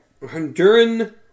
Honduran